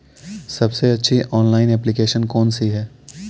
सबसे अच्छी online application कौन सी है?